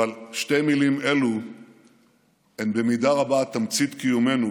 אבל שתי מילים אלו הן במידה רבה תמצית קיומנו